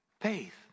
Faith